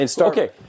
Okay